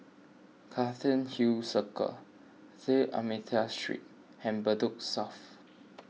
Cairnhill Circle D'Almeida Street and Bedok South